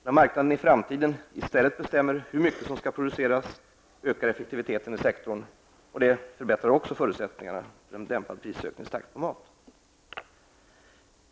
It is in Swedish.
När marknaden i framtiden i stället bestämmer hur mycket som skall produceras ökar effektiviteten i sektorn, vilket också förbättrar förutsättningarna för en dämpad prisökningstakt på mat.